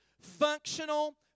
functional